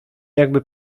jakby